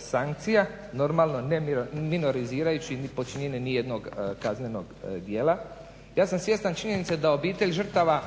sankcija, normalno ne minorizirajući, ni počinjenje ni jednog kaznenog dijela. Ja sam svjestan činjenice da obitelj žrtava